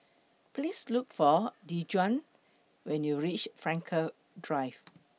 Please Look For Dejuan when YOU REACH Frankel Drive